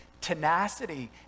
tenacity